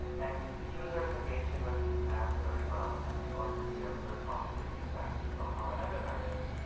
and we see users engaging with these ads very well, and we also hear very positive feedback from our advertisers.